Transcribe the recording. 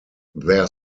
their